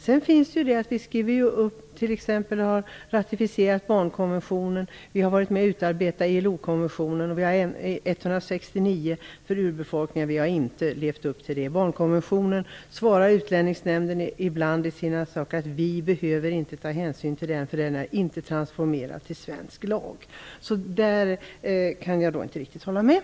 Men vi har t.ex. ratificerat barnkonventionen och varit med om att utforma ILO-konventionen 169 för urbefolkningar, och dem har vi inte levt upp till. Utlänningsnämnden säger ibland att man inte behöver ta hänsyn till barnkonventionen därför att den inte är transformerad till svensk lag. På den punkten håller jag alltså inte med invandrarministern.